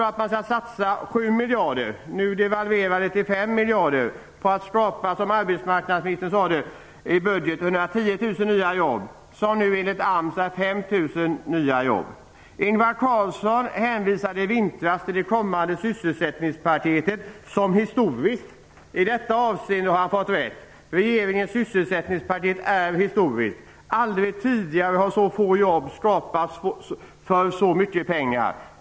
Jo, att det skall satsas 7 miljarder, nu devalverade till 5 miljarder, på att skapa, som arbetsmarknadsministern uttalade i budgeten, 10 000 nya jobb, som nu enligt AMS Ingvar Carlsson hänvisade i vintras till regeringens kommande sysselsättningspaket som historiskt. I detta avseende har han fått rätt - aldrig tidigare har så få jobb skapats för så mycket pengar.